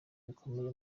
bikomeye